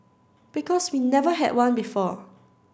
because we never had one before